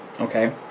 okay